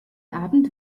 abend